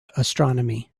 astronomy